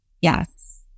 Yes